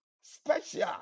special